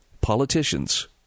politicians